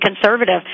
conservative